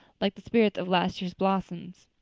like the spirits of last year's blossoms.